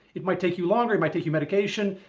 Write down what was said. it might take you longer, it might take you medication,